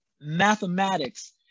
mathematics